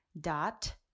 dot